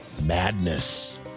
Madness